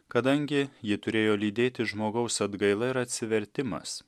kadangi ji turėjo lydėti žmogaus atgaila ir atsivertimas